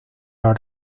los